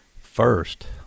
first